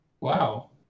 Wow